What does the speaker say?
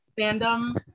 fandom